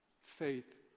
faith